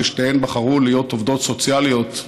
ששתיהן בחרו להיות עובדות סוציאליות,